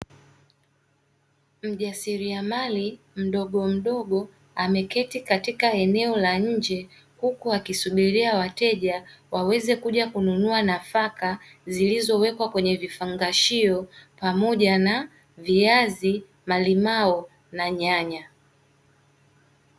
Mjasiriamali mdogomdogo ameketi katika eneo la nje, huku akisubiria wateja waweze kuja kununua nafaka zilizowekwa kwenye vifungashio, pamoja na viazi, malimao na nyanya.